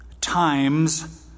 times